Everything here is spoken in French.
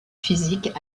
physiques